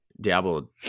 Diablo